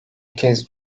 kez